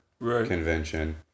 convention